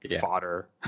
fodder